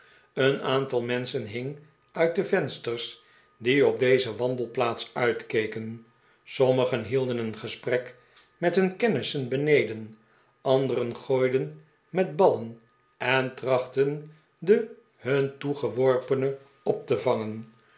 een aantal menschen hing uit de vensters die op deze wandelplaats uitkeken sommigen hielden een gesprek met hun kennissen beneden anderen gooiden met ballen en trachtten de hun toegeworpene op te vangenj